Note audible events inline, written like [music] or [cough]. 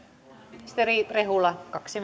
ministeri rehula kaksi [unintelligible]